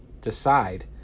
decide